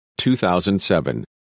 2007